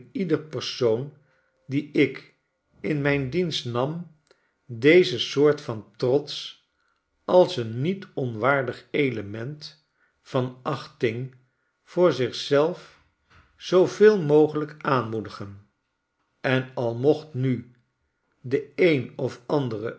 ieder persoon dien ik in mijn dienst nam deze soort van trots als een niet onwaardig element van achting voor zich zelf zooveel mogelijk aanmoedigen en al mocht nu de een of andere